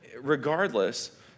Regardless